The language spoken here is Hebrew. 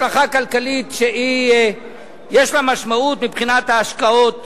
השלכה כלכלית שיש לה משמעות מבחינת ההשקעות